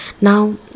Now